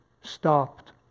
stopped